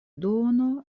duono